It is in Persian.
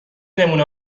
نمونه